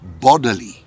bodily